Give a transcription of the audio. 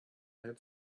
had